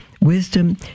Wisdom